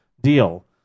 deal